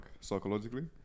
psychologically